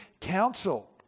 council